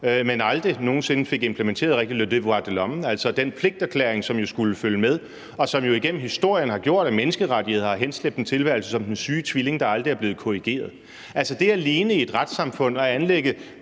men aldrig nogen sinde rigtigt fik implementeret le devoir de l'homme, altså den pligterklæring, som jo skulle følge med, og som igennem historien har gjort, at menneskerettighederne har henslæbt en tilværelse som den syge tvilling, der aldrig er blevet korrigeret. Altså, det alene i et retssamfund at anlægge